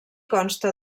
consta